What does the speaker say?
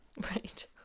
Right